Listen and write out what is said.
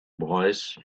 boys